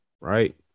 right